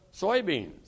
soybeans